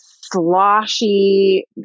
sloshy